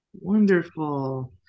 wonderful